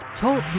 Talk